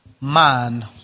man